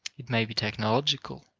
it may be technological,